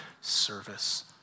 service